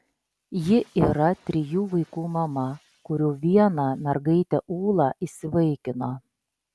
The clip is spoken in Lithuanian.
ji yra trijų vaikų mama kurių vieną mergaitę ūlą įsivaikino